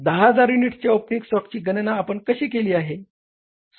दहा हजार युनिट्सच्या ओपनिंग स्टॉकची गणना आपण कशी केली आहे